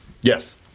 Yes